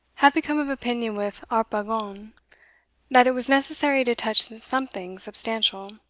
had become of opinion with harpagon, that it was necessary to touch something substantial.